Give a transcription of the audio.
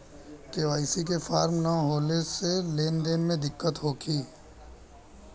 KYC के form न होले से लेन देन में दिक्कत होखी?